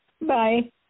Bye